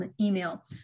email